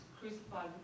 crucified